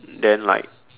then like